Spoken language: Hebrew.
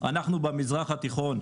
אנחנו במזרח התיכון.